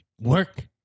Work